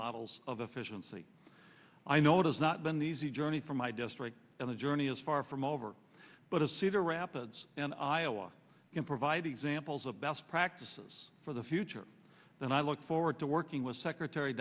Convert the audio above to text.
models of efficiency i know it is not been the easy journey for my district and the journey is far from over but as cedar rapids and iowa can provide examples of best practices for the future then i look forward to working with secretary